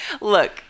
look